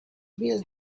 will